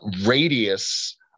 radius